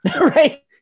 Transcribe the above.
right